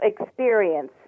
experience